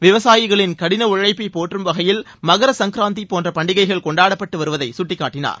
விவசாயிகளின் கடின உழைப்பை போற்றும் வகையில் மகரசங்கராந்தி போன்ற பண்டிகைகள் கொண்டாடப்பட்டு வருவதை அவர் சுட்டிக்காட்டினார்